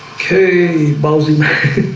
k bouncing